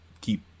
keep